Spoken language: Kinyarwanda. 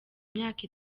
imyaka